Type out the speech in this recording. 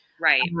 Right